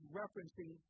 referencing